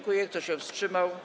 Kto się wstrzymał?